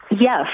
Yes